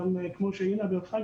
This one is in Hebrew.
כמו שאינה בירכה,